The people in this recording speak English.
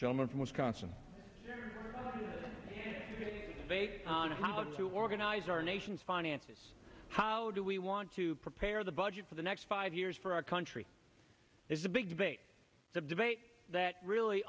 gentlemen from wisconsin on how to organize our nation's finances how do we want to prepare the budget for the next five years for our country there's a big debate the debate that really